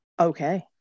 Okay